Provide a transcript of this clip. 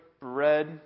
bread